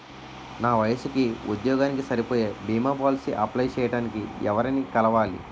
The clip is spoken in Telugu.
నా వయసుకి, ఉద్యోగానికి సరిపోయే భీమా పోలసీ అప్లయ్ చేయటానికి ఎవరిని కలవాలి?